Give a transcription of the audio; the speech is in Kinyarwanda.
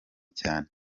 cyane